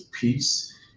peace